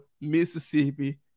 Mississippi